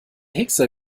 hickser